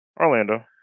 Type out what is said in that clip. Orlando